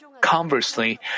Conversely